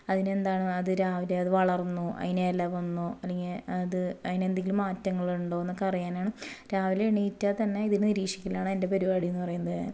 അതിനെന്താണ് അത് രാവിലെ അത് വളർന്നോ അതിന് ഇല വന്നോ അല്ലെങ്കിൽ അത് അതിന് എന്തെങ്കിലും മാറ്റങ്ങളുണ്ടോ എന്നൊക്കെ അറിയാനാണ് രാവിലെ എണീറ്റാൽ തന്നെ ഇത് നിരീക്ഷിക്കലാണ് എൻ്റെ പരിപാടി എന്ന് പറയുന്നത് തന്നെ